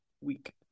Week